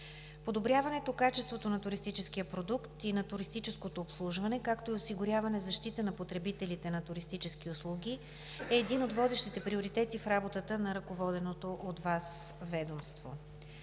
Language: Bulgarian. Подобряване качеството на туристическия продукт и на туристическото обслужване, както и осигуряване защита на потребителите на туристически услуги е един от водещите приоритети в работата на ръководеното от Вас ведомство.